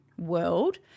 world